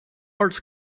arts